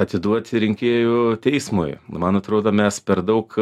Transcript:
atiduoti rinkėjų teismui man atrodo mes per daug